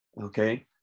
okay